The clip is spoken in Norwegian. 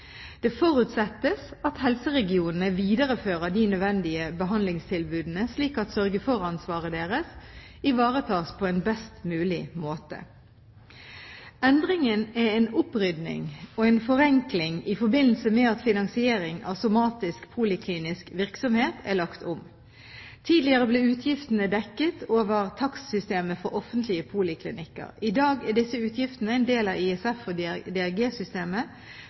Det forutsettes at helseregionene viderefører de nødvendige behandlingstilbudene, slik at sørge for-ansvaret deres ivaretas på en best mulig måte. Endringen er en opprydding og forenkling i forbindelse med at finansiering av somatisk poliklinisk virksomhet er lagt om. Tidligere ble utgiftene dekket over takstsystemet for offentlige poliklinikker. I dag er disse utgiftene en del av ISF- og